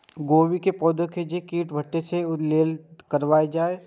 गोभी के पौधा के जे कीट कटे छे वे के लेल की करल जाय?